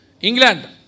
England